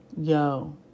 Yo